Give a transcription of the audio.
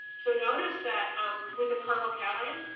so notice that um with a carbocation,